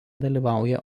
dalyvauja